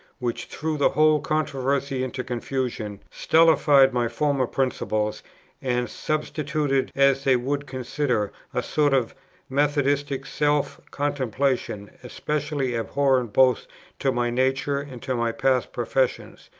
which threw the whole controversy into confusion, stultified my former principles and substituted, as they would consider, a sort of methodistic self-contemplation, especially abhorrent both to my nature and to my past professions,